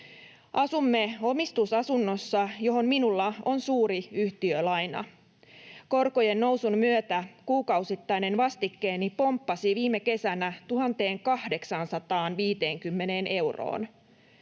Asumme omistusasunnossa, johon minulla on suuri yhtiölaina. Korkojen nousun myötä kuukausittainen vastikkeeni pomppasi viime kesänä 1 850 euroon.